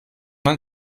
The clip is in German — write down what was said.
man